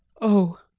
oh!